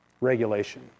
Regulation